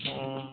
ହୁଁ